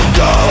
go